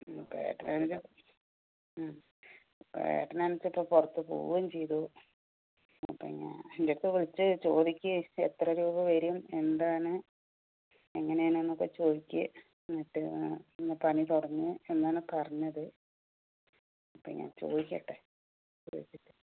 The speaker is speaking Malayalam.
ഇപ്പോൾ ഏട്ടനാണെന്നു വച്ചാൽ ഉം ഇപ്പോൾ ഏട്ടനാണെന്നു വച്ചാൽ ഇപ്പോൾ പുറത്ത് പോവുകയും ചെയ്തു അപ്പം ഞാൻ എന്റടുത്ത് വിളിച്ചു ചോദിക്കുകയാണ് എത്ര രൂപ വരും എന്താണ് എങ്ങനെയാണെന്നൊക്കെ ചോദി ക്കുകയാണ് എന്നിട്ട് എന്നാൽ പണി തുടങ്ങ് എന്നാണ് പറഞ്ഞത് ഇപ്പോൾ ഞാൻ ചോദിക്കട്ടെ